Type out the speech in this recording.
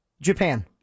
Japan